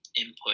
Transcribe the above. input